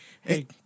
Hey